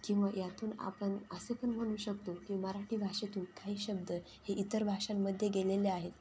किंवा यातून आपण असे पण म्हणू शकतो की मराठी भाषेतून काही शब्द हे इतर भाषांमध्ये गेलेले आहेत